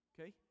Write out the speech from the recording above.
okay